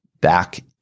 back